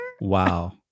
Wow